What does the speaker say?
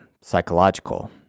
psychological